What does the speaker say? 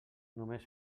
només